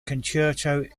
concerto